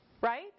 right